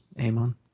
Amon